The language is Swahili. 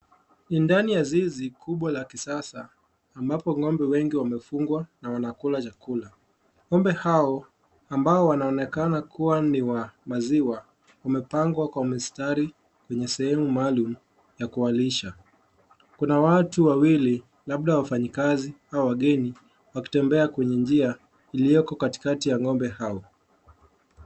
Ndani ya zizi kubwa la kisasa, ambapo ng'ombe wengi wamefungwa na wanakula chakula. Ng'ombe hao, ambao wanaonekana kuwa ni wa maziwa, wamepangwa kwa mistari kwenye sehemu maalum ya kuwalisha. Kuna watu wawili, labda wafanyikazi au wageni, wakitembea kwenye njia iliyoko katikati ya ng'ombe hao.